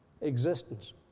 existence